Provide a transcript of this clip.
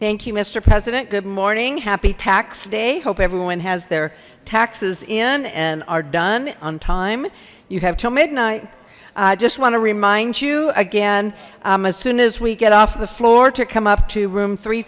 thank you mister president good morning happy tax day hope everyone has their taxes in and are done on time you have till midnight i just want to remind you again as soon as we get off the floor to come up to room three